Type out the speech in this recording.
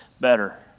better